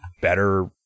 better